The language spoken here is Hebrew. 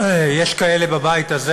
יש כאלה בבית הזה,